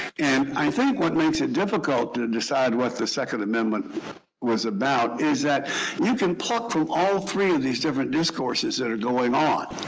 and i think what makes it difficult to decide what the second amendment was about is that you can pluck from all three of these different discourses that are going on.